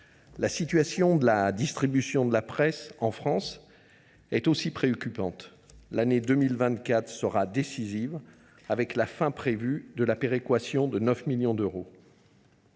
La situation de la distribution de la presse en France est également préoccupante. L’année 2024 sera décisive, avec la fin prévue de la péréquation de 9 millions d’euros.